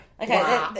Okay